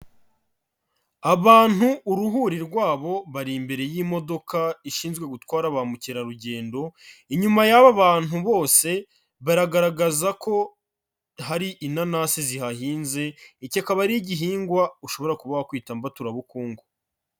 Abantu uruhuri rwabo, bari imbere y'imodoka ishinzwe gutwara ba mukerarugendo, inyuma y'aba bantu bose baragaragaza ko hari inanasi zihahinze, iki akaba ari igihingwa ushobora kuba wakwita mbaturabukungu.